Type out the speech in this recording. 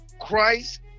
Christ